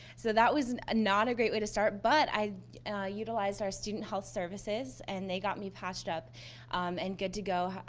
so that was and ah not a great way to start, but i utilized our student health services, and they got me patched up and good to go,